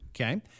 Okay